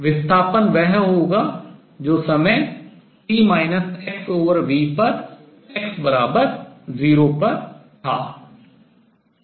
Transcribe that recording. विस्थापन वह होगा जो समय t xv पर x0 पर था